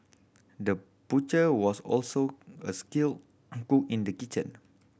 the butcher was also a skilled cook in the kitchen